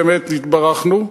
באמת נתברכנו.